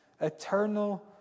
eternal